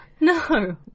no